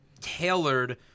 tailored